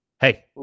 Hey